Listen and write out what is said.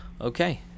Okay